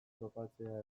topatzea